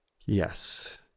Yes